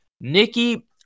Nikki